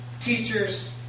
teachers